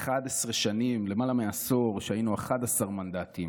11 שנים, למעלה מעשור, היינו 11 מנדטים.